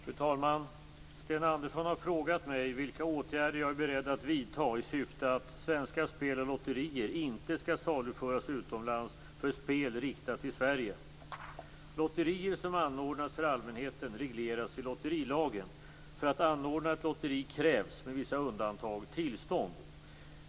Fru talman! Sten Andersson har frågat mig vilka åtgärder jag är beredd att vidta i syfte att svenska spel och lotterier inte skall saluföras utomlands för spel riktat till Sverige. Lotterier som anordnas för allmänheten regleras i lotterilagen. För att anordna ett lotteri krävs, med vissa undantag, tillstånd.